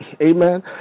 Amen